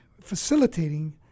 facilitating